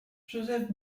joseph